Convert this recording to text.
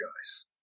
guys